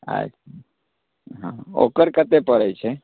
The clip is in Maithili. अच्छा हँ ओक्कर कतेक पड़ैत छै